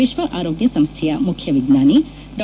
ವಿಶ್ವ ಆರೋಗ್ಯ ಸಂಸ್ಥೆಯ ಮುಖ್ಯ ವಿಜ್ವಾನಿ ಡಾ